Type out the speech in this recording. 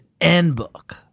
Endbook